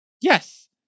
Yes